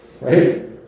right